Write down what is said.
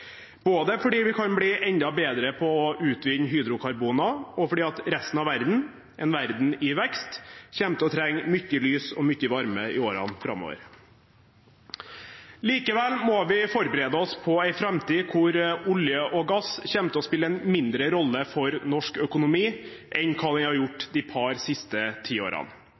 både fordi vi kan bli enda bedre på å utvinne hydrokarboner, og fordi resten av verden, en verden i vekst, kommer til å trenge «mykje lys og mykje varme» i årene framover. Allikevel må vi forberede oss på en framtid hvor olje og gass kommer til å spille en mindre rolle for norsk økonomi enn de har gjort de siste par tiårene.